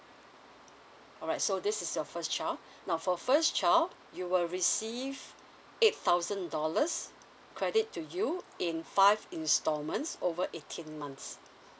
alright so this is your first child now for first child you will receive eight thousand dollars credit to you in five installments over eighteen months